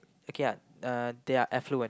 okay lah uh they're affluent